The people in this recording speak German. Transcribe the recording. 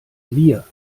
wir